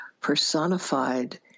personified